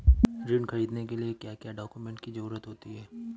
ऋण ख़रीदने के लिए क्या क्या डॉक्यूमेंट की ज़रुरत होती है?